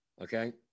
Okay